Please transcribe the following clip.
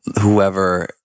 whoever